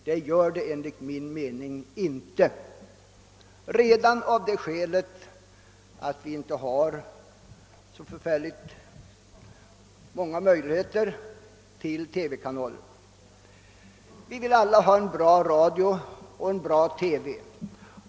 Det gör det enligt min mening inte, redan av det skälet att vi inte har särskilt många möjligheter till TV-kanaler. Vi vill alla ha en bra radio och en bra TV.